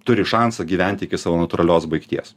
turi šansą gyventi iki savo natūralios baigties